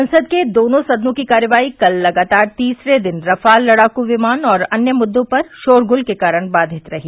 संसद के दोनों सदनों की कार्यवाही कल लगातार तीसरे दिन राफाल लड़ाकू विमान और अन्य मुद्दों पर शोरगुल के कारण बाधित रही